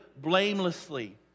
blamelessly